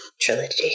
Trilogy